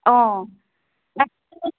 অঁ